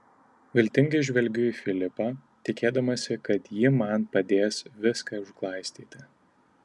viltingai žvelgiu į filipą tikėdamasi kad ji man padės viską užglaistyti